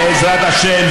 בעזרת השם,